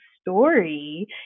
story